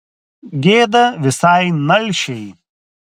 gėda visai nalšiai